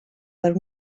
per